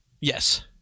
Yes